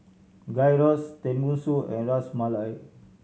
Gyros Tenmusu and Ras Malai